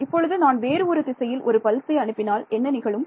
இப்பொழுது நான் வேறு ஒரு திசையில் ஒரு பல்சை அனுப்பினால் என்ன நிகழும்